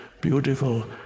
beautiful